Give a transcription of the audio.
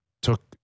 took